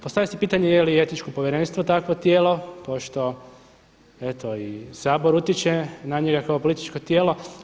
Postavlja se pitanje je li i Etičko povjerenstvo takvo tijelo pošto eto i Sabor utječe na njega kao političko tijelo.